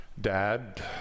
Dad